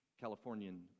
Californian